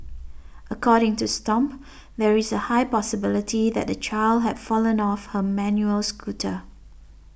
according to Stomp there is a high possibility that the child had fallen off her manual scooter